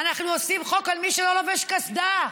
אנחנו עושים חוק למי שלא חובש קסדה,